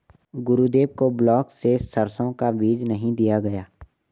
गुरुदेव को ब्लॉक से सरसों का बीज नहीं दिया गया